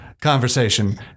conversation